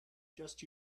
just